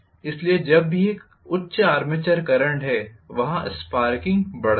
इसीलिए जब भी एक उच्च आर्मेचर करंट है वहां स्पार्किंग बढ़ती है